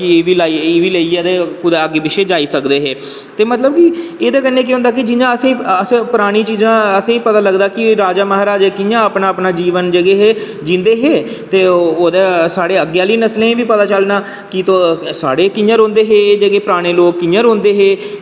एह्बी लेइयै ते कुदै अग्गै पिच्छै जाई सकदे हे ते मतलब कि ते एह्दे कन्नै केह् होंदा कि अस परानी चीज़ां असें ई पता लगदा कि राजा महाराजा कियां अपना अपना जीवन जेह्के हे जींदे हे ते ओह् साढ़ा अग्गेि आह्ली नस्लें ई पता लग्गना की सारे कि'यां रौहंदे हे पराने लोक कि''यां रौहंदे हे